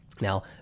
Now